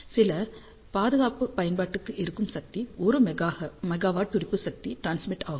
சில பாதுகாப்பு பயன்பாட்டுக்கு இருக்கும் சக்தி 1 மெகாவாட் துடிப்பு சக்தி ட்ரன்ஸ்மிட் ஆகும்